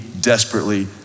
desperately